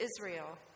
Israel